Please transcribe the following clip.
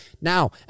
Now